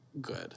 good